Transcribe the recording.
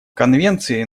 конвенции